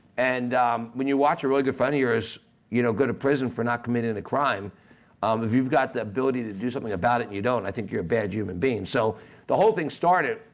and when you watch a really good friend of yours you know go to prison for not committing and a crime um if you've got the ability to do something about it and you don't, i think you're a bad human being. so the whole thing started,